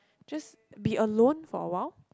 just be alone for awhile